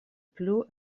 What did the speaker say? plu